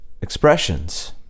expressions